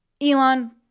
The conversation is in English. Elon